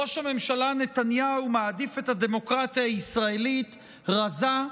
ראש הממשלה נתניהו מעדיף את הדמוקרטיה הישראלית רזה,